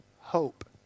hope